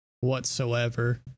whatsoever